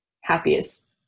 happiest